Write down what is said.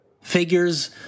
figures